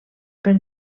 per